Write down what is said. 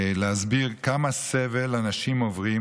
להסביר כמה סבל אנשים עוברים